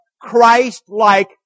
Christ-like